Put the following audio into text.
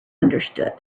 understood